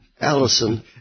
Allison